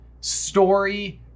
story